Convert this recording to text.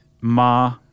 Ma